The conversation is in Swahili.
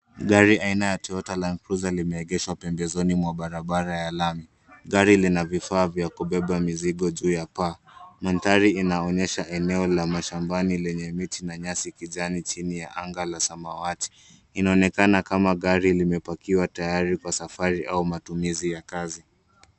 Gari aina ya Toyota Land Cruiser limeegeshwa pembezoni mwa barabara ya lami. Gari lina vifaa vya kubeba mizigo juu ya paa. Mandhari inaonyesha eneo la mashambani lenye miti na nyasi kijani chini ya anga la samawati. Inaonekana kama gari limepakiwa tayari kwa safari au matumizi ya kazi.